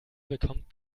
bekommt